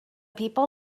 people